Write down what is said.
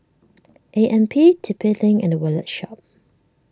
A M P T P Link and the Wallet Shop